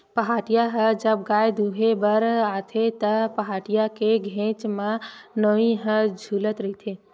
पहाटिया ह जब गाय दुहें बर आथे त, पहाटिया के घेंच म नोई ह छूलत रहिथे